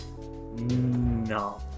No